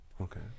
Okay